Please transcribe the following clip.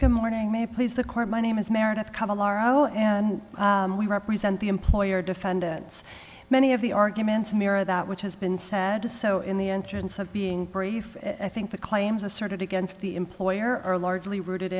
good morning may please the court my name is meredith couple our o and we represent the employer defendants many of the arguments mirror that which has been sad to so in the entrance of being brief i think the claims asserted against the employer are largely rooted